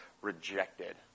rejected